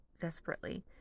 desperately